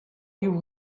you